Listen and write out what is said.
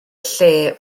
lle